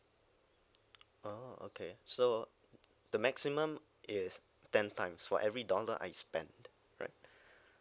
oh okay so the maximum is ten times for every dollar I spent right